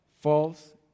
false